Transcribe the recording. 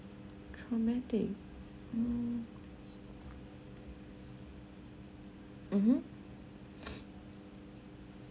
traumatic mm mmhmm